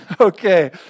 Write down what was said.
Okay